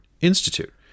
institute